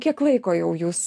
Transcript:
kiek laiko jau jūs